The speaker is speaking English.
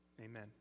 amen